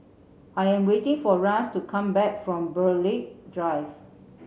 I am waiting for Ras to come back from Burghley Drive